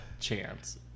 chance